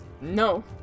No